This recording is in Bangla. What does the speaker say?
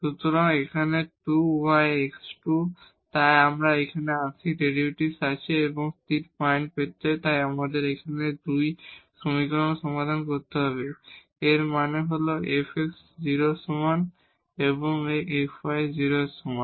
সুতরাং এখানে 2 y x2 তাই আমাদের আংশিক ডেরিভেটিভ আছে এবং স্টেসেনারি পয়েন্ট পেতে তাই আমাদের এই 2 সমীকরণগুলি সমাধান করতে হবে এর মানে হল fx 0 এর সমান এবং এই fy 0 এর সমান